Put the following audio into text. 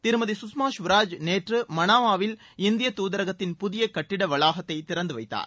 திருமதி சுஷ்மா ஸ்வராஜ் நேற்று மனாமாவில் இந்திய தூதரகத்திள் புதிய கட்டிட வளாகத்தை திறந்து வைத்தார்